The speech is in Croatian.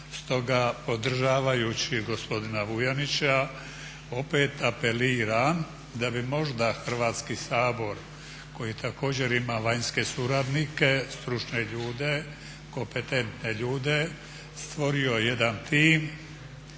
Stoga podržavajući gospodina Vuljanića opet apeliram da bi možda Hrvatski sabor koji također ima vanjske suradnike, stručne ljude, kompetentne ljude stvorio jedan tim